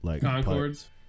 Concords